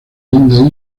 linda